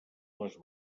les